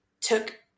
took